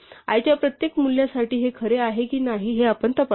i च्या प्रत्येक मूल्यासाठी हे खरे आहे की नाही हे आपण तपासतो